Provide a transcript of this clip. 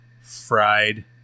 Fried